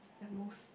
at most